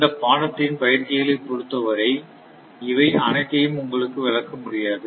இந்தப் பாடத்தின் பயிற்சிகளை பொருத்தவரை இவை அனைத்தையும் உங்களுக்கு விளக்க முடியாது